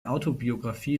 autobiographie